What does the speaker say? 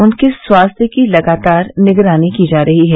उनके स्वास्थ्य की लगातार निगरानी की जा रही है